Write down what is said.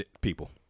people